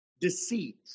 deceit